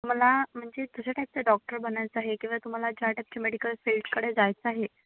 तुम्हाला म्हणजे कश्या टाईपचं डॉक्टर बनायचं आहे किंवा तुम्हाला ज्या टाईपचे मेडिकल फील्डकडे जायचं आहे